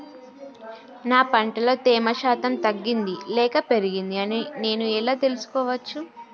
నా పంట లో తేమ శాతం తగ్గింది లేక పెరిగింది అని నేను ఎలా తెలుసుకోవచ్చు?